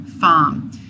farm